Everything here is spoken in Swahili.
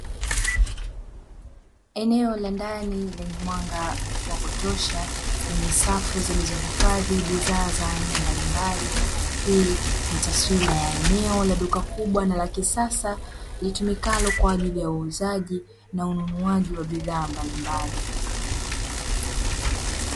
Eneo la ndani lenye mwanga wa kutosha lenye safu zilizohifadhi bidhaa za aina mbalimbali, hii ni taswira la eneo la duka kubwa na la kisasa litumikalo kwa ajili ya uuzaji na ununuaji wa bidhaa mbalimbali.